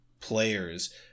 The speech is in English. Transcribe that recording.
players